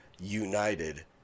united